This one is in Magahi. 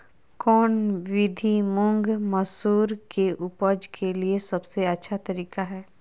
कौन विधि मुंग, मसूर के उपज के लिए सबसे अच्छा तरीका है?